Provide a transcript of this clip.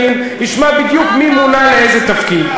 וגם חבר הכנסת ילין ישמע בדיוק מי מונה לאיזה תפקיד.